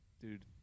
dude